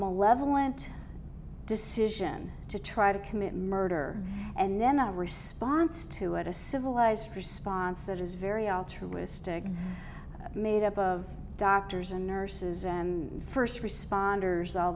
malevolent decision to try to commit murder and then a response to it a civilized response that is very altruistic made up of doctors and nurses and first responders all